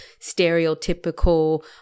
stereotypical